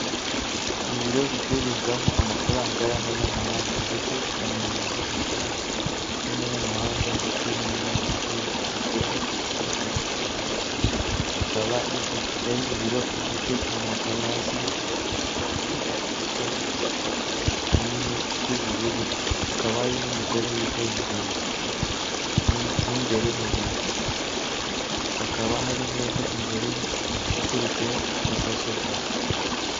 Ibiro bicururizwamo amafaranga y'amanyamahanga ndetse ukanahinduza amafaranga y'abanyamahanga ndetse n'ayo muri icyo gihugu, igura n'igurisha mu magambo make, akaba ari ibiro bifite amakaro hasi y'umweru inkuta z'umweru ndetse hari n'ibyapa binini by'ubururu, hakaba hari n'umugore wicaye imbere mu imbere mu biro, hakaba hari meza imbere ye iteretseho mudasobwa.